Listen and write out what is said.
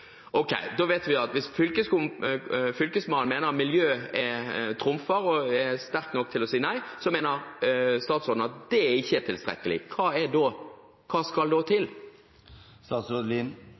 Ok – da vet vi at mens Fylkesmannen mener at miljø trumfer, og mener at det er viktig nok til å si nei, mener statsråden at det ikke er tilstrekkelig. Hva skal da til?